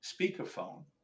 speakerphone